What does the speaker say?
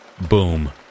Boom